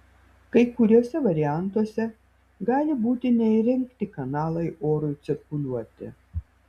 kai kuriuose variantuose gali būti neįrengti kanalai orui cirkuliuoti